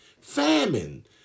famine